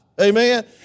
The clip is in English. Amen